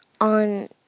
on